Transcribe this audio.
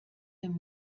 dem